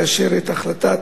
לאשר את החלטת